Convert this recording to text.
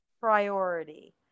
Priority